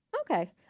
Okay